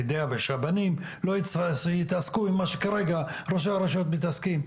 על מנת שהבנים לא התעסקו עם מה שכרגע ראשי הרשויות מתעסקים.